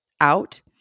out